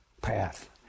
path